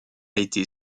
été